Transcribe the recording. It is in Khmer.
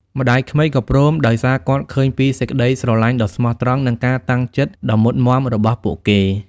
ម្ដាយក្មេកក៏ព្រម ដោយសារគាត់ឃើញពីសេចក្ដីស្រឡាញ់ដ៏ស្មោះត្រង់ និងការតាំងចិត្តដ៏មុតមាំរបស់ពួកគេ។